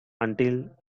until